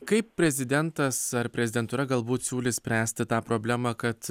kaip prezidentas ar prezidentūra galbūt siūlys spręsti tą problema kad